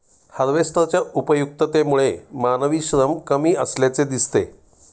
हार्वेस्टरच्या उपयुक्ततेमुळे मानवी श्रम कमी असल्याचे दिसते